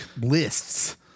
lists